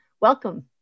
Welcome